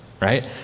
right